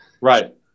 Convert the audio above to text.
Right